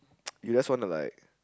you just wanna like